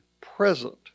present